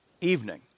evening